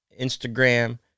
Instagram